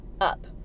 up